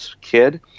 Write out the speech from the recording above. kid